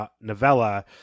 novella